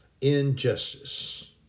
injustice